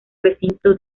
recinto